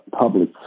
public